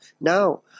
now